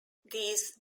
these